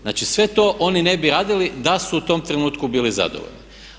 Znači sve to oni ne bi radili da su u tom trenutku bili zadovoljni.